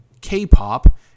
K-pop